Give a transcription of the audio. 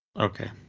Okay